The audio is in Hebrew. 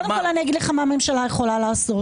קודם כול, אני אגיד לך מה הממשלה יכולה לעשות.